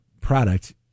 product